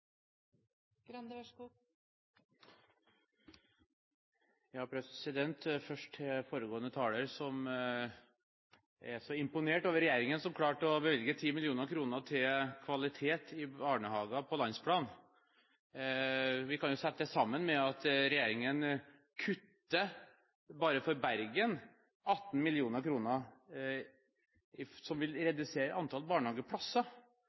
så imponert over regjeringen som klarte å bevilge 10 mill. kr til kvalitet i barnehagene på landsplan. Vi kan jo sette det sammen med at regjeringen kutter, bare for Bergen, 18 mill. kr, noe som vil redusere antallet barnehageplasser.